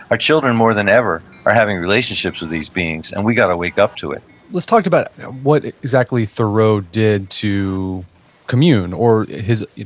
our children more than ever are having relationships with these beings and we gotta wake up to it let's talk about what exactly thoreau did to commune or his,